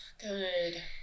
Good